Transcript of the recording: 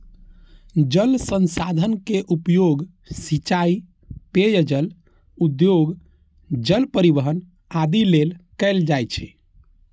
जल संसाधन के उपयोग सिंचाइ, पेयजल, उद्योग, जल परिवहन आदि लेल कैल जाइ छै